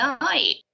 night